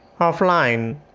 offline